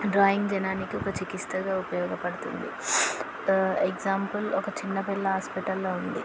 drawing జనానికి ఒక చికిత్సగా ఉపయోగపడుతుంది ఎగ్జాంపుల్ ఒక చిన్న పిల్ల హాస్పిటల్లో ఉంది